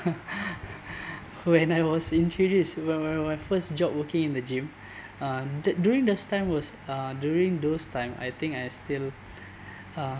when I was introduced my my my first job working in the gym uh that during those time was uh during those time I think I still uh